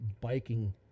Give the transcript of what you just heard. biking